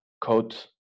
coat